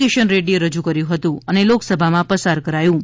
કિશન રેડ્ડીએ રજૂ કર્યુ હતું અને લોકસભામા પસાર કરાયુ હતું